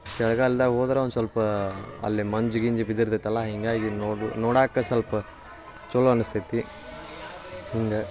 ಚಳಿಗಾಲ್ದಾಗ ಹೋದ್ರೆ ಒಂದು ಸ್ವಲ್ಪ ಅಲ್ಲಿ ಮಂಜು ಗಿಂಜು ಬಿದ್ದಿರ್ತೈತಲ್ಲ ಹೀಗಾಗಿ ನೋಡು ನೋಡಕ್ಕ ಸ್ವಲ್ಪ ಚಲೋ ಅನಿಸ್ತೈತಿ ಹಿಂಗೆ